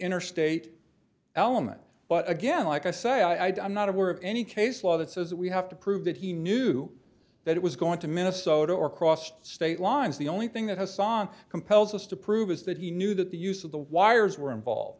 interstate element but again like i say i'd i'm not aware of any case law that says we have to prove that he knew that it was going to minnesota or crossed state lines the only thing that hasan compels us to prove is that he knew that the use of the wires were involved